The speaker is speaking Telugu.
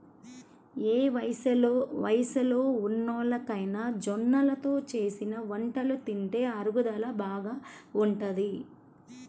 ఏ వయస్సులో ఉన్నోల్లకైనా జొన్నలతో చేసిన వంటలు తింటే అరుగుదల బాగా ఉంటది